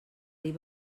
dir